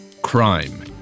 Crime